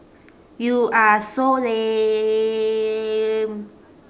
you are so lame